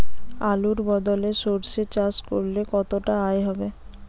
আলুর বদলে সরষে চাষ করলে কতটা আয় হবে?